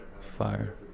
Fire